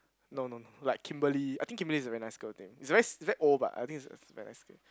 no no no like Kimberly I think Kimberly is a very nice girl name is very is very old but I think it's a very nice name